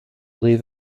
leave